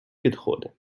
підходи